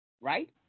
Right